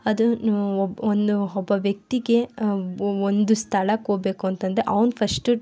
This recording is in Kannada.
ಅದುನು ಒಬ್ಬ ಒನ್ ಒಬ್ಬ ವ್ಯಕ್ತಿಗೆ ಒಂದು ಸ್ಥಳಕ್ಕೆ ಹೋಗಬೇಕು ಅಂತಂದರೆ ಅವ್ನು ಫಸ್ಟು